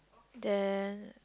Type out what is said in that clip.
then